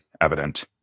evident